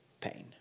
pain